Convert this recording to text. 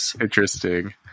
interesting